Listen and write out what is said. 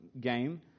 game